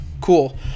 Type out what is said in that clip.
Cool